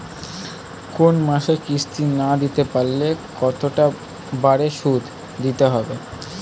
কোন মাসে কিস্তি না দিতে পারলে কতটা বাড়ে সুদ দিতে হবে?